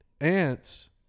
Ants